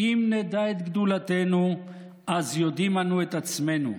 "אם נדע את גדולתנו אז יודעים אנו את עצמנו,